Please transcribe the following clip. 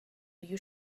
you